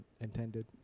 intended